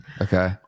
Okay